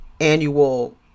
annual